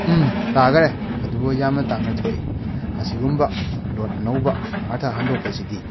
ꯇꯥꯈꯔꯦ ꯑꯗꯨꯕꯨ ꯌꯥꯝꯅ ꯇꯥꯡꯅ ꯊꯣꯛꯏ ꯑꯁꯤꯒꯨꯝꯕ ꯂꯣꯟ ꯑꯅꯧꯕ ꯑꯔꯊ ꯍꯟꯗꯣꯛꯄꯁꯤꯗꯤ